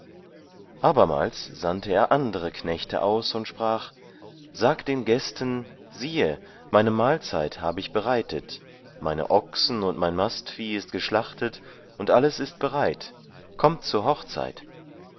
abermals sandte er andere knechte aus und sprach sagt den gästen siehe meine mahlzeit habe ich bereitet meine ochsen und mein mastvieh ist geschlachtet und alles ist bereit kommt zur hochzeit